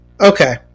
Okay